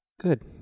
Good